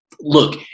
look